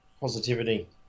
positivity